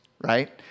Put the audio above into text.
right